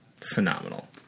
phenomenal